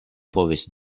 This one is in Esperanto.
povis